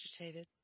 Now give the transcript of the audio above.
agitated